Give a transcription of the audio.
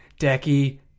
Decky